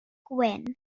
gwyn